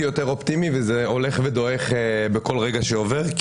יותר אופטימי וזה הולך ודועך בכל רגע שעובר,